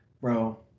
Bro